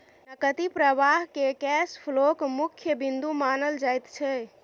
नकदी प्रवाहकेँ कैश फ्लोक मुख्य बिन्दु मानल जाइत छै